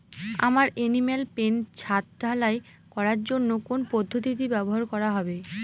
আমার animal pen ছাদ ঢালাই করার জন্য কোন পদ্ধতিটি ব্যবহার করা হবে?